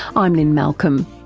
i'm lynne malcolm,